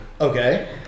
Okay